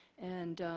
and